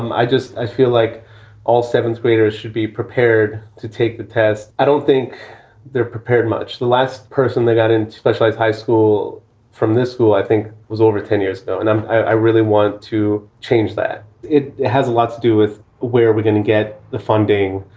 um i just i feel like all seventh graders should be prepared to take the test. i don't think they're prepared much. the last person they got into fleshlight high school from this school, i think was over ten years. but and um i really want to change that it has a lot to do with where we're going to get the funding,